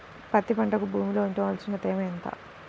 పత్తి పంటకు భూమిలో ఉండవలసిన తేమ ఎంత?